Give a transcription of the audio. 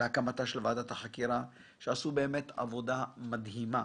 של ועדת החקירה - שעשו עבודה מדהימה,